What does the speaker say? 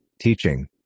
teaching